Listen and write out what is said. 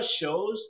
shows